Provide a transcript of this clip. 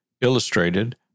Illustrated